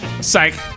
Psych